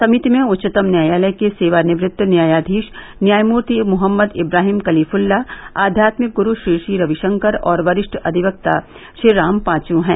समिति में उच्चतम न्यायालय के सेवानिवृत्त न्यायाधीश न्यायमूर्ति मोहम्मद इब्राहिम कलीफुल्ला आध्यात्मिक गुरू श्री श्री रविशंकर और वरिष्ठ अधिवक्ता श्रीराम पांचू हैं